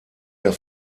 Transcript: der